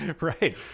Right